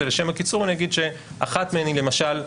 לשם הקיצור אני אגיד שאחת מהן היא למשל,